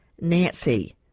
nancy